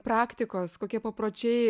praktikos kokie papročiai